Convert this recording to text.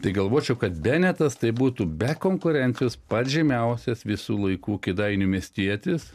tai galvočiau kad benetas tai būtų be konkurencijos pats žymiausias visų laikų kėdainių miestietis